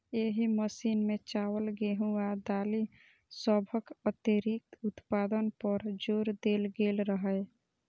एहि मिशन मे चावल, गेहूं आ दालि सभक अतिरिक्त उत्पादन पर जोर देल गेल रहै